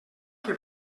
que